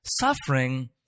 Suffering